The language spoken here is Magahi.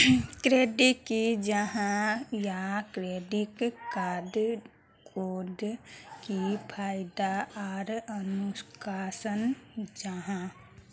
क्रेडिट की जाहा या क्रेडिट कार्ड डोट की फायदा आर नुकसान जाहा?